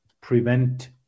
prevent